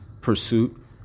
pursuit